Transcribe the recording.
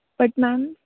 but ma'am